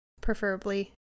preferably